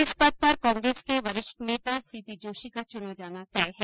इस पद पर कांग्रेस के वरिष्ठ नेता सीपी जोशी का चुना जाना तय है